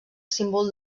símbol